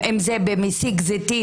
רבנים לזכויות